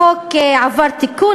החוק עבר תיקון,